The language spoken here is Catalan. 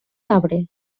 arbre